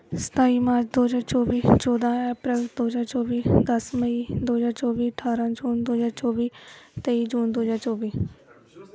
ਸਤਾਈ ਮਾਰਚ ਦੋ ਹਜ਼ਾਰ ਚੌਵੀ ਚੌਦਾਂ ਅਪ੍ਰੈਲ ਦੋ ਹਜ਼ਾਰ ਚੌਵੀ ਦਸ ਮਈ ਦੋ ਹਜ਼ਾਰ ਚੌਵੀ ਅਠਾਰਾਂ ਜੂਨ ਦੋ ਹਜ਼ਾਰ ਚੌਵੀ ਤੇਈ ਜੂਨ ਦੋ ਹਜ਼ਾਰ ਚੌਵੀ